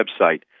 website